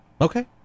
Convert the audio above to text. Okay